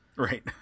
Right